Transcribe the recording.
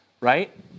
right